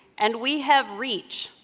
and we have reach,